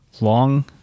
long